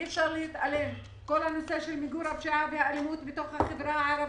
אי אפשר להתעלם מכל נושא מיגור הפשיעה והאלימות בתוך החברה הערבית.